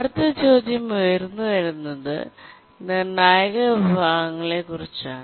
അടുത്ത ചോദ്യം ഉയർന്നുവരുന്നത് നിർണായക വിഭാഗങ്ങളെക്കുറിച്ചാണ്